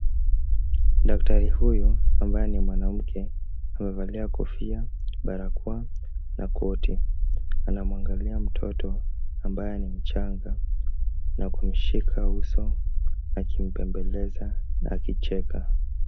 Daktari huyu ambaye ni mwanamke amevalia kofia, barakoa na koti. Anamwangalia mtoto ambaye ni mchanga, na kumshika uso akimbembeleza na akicheka.